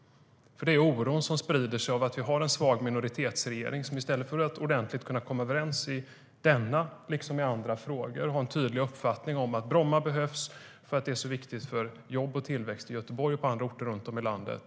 Oron sprider sig för att vi har en svag minoritetsregering som inte kan komma överens ordentligt i denna eller andra frågor och ha en tydlig uppfattning att Bromma behövs eftersom det är så viktigt för jobb och tillväxt i Göteborg och på andra orter runt om i landet.